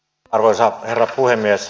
arvoisa herra puhemies